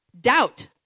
doubt